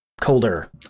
colder